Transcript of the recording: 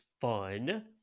fun